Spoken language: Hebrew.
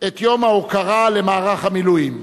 את יום ההוקרה למערך המילואים.